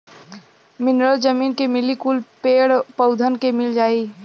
mineral जमीन के मिली कुल पेड़ पउधन के मिल जाई